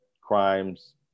crimes